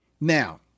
Now